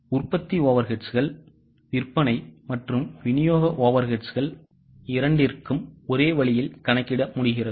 உற்பத்தி overheadsகள் விற்பனை மற்றும் விநியோக overheadsகள் இரண்டிற்கும் ஒரே வழியில் கணக்கிட முடிகிறது